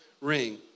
ring